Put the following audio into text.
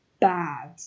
bad